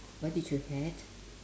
what did you had